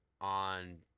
on